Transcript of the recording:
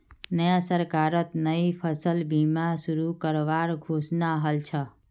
नया सरकारत नई फसल बीमा शुरू करवार घोषणा हल छ